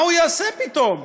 מה הוא יעשה פתאום?